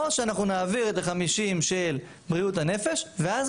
או שאנחנו נעביר את ה-50 של בריאות הנפש ואז